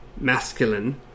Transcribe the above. Masculine